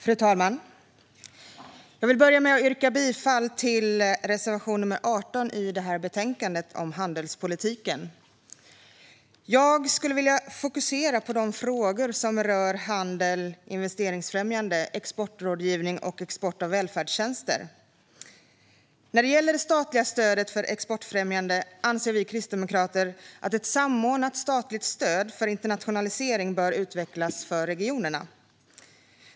Fru talman! Jag vill börja med att yrka bifall till reservation 18 i betänkandet om handelspolitik. Jag skulle vilja fokusera på de frågor som rör handel, investeringsfrämjande, exportrådgivning och export av välfärdstjänster. När det gäller det statliga stödet för exportfrämjande anser vi kristdemokrater att ett samordnat statligt stöd för internationalisering bör utvecklas för regionerna.